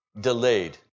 Delayed